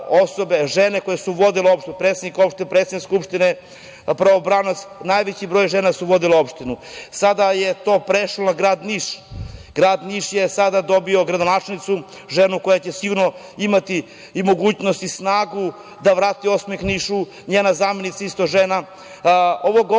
osobe, žene, koje su vodile opštinu, predsednika opštine, predsednika skupštine, pravobranilac. Najveći broj žena su vodile opštinu. Sada je to prešlo na grad Niš. Grad Niš je sada dobio gradonačelnicu, ženu koja će sigurno imati i mogućnost i snagu da vrati osmeh Nišu. Njena zamenica je takođe žena. Ovo govorim